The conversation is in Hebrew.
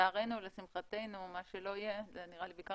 לצערנו או לשמחתנו מה שלא יהיה נראה לי בעיקר